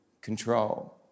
control